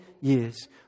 years